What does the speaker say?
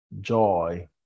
joy